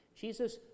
Jesus